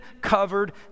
covered